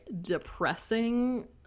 depressing